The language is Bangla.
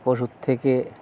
পশুর থেকে